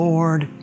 Lord